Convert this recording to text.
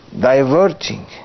diverting